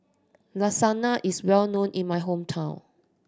lasagna is well known in my hometown